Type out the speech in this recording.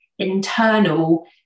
internal